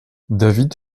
david